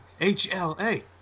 HLA